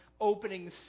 opening